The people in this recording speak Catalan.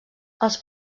els